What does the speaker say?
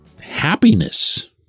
happiness